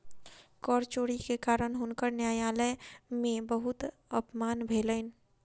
कर चोरी के कारण हुनकर न्यायालय में बहुत अपमान भेलैन